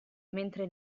mentre